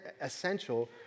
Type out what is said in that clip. essential